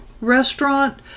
restaurant